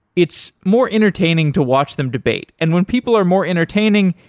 it's more entertaining to watch them debate. and when people are more entertaining,